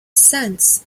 sense